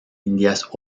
indias